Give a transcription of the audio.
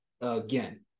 Again